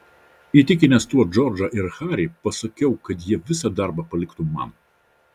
įtikinęs tuo džordžą ir harį pasakiau kad jie visą darbą paliktų man